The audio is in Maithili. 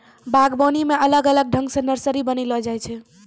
बागवानी मे अलग अलग ठंग से नर्सरी बनाइलो जाय छै